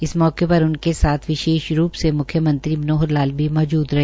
इस मौके पर उनके साथ विशेष रूप से म्ख्यमंत्री मनोहर लाल भी मौजूद रहे